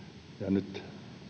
nyt